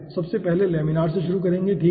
सबसे पहले लेमिनार से शुरू होंगे ठीक है